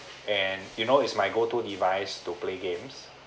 and you know it's my go to device to play games